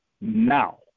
now